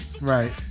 Right